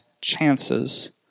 chances